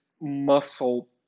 muscle